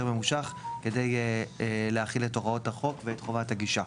ממושך כדי להחיל את הוראות החוק ואת חובת הגישה.